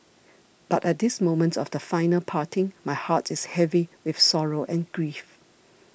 but at this moment of the final parting my heart is heavy with sorrow and grief